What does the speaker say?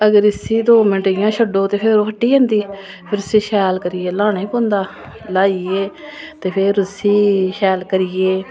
ते अगर फिर इसी इंया दौ मिन्ट छड्डो एह् फट्टी जंदी फिर इसी शैल करियै ल्हाना पौंदा ल्हाइयै ते फिर उसी शैल करियै